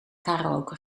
karaoke